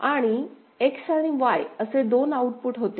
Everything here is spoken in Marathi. आणि X आणि Y असे दोन आउटपुट होते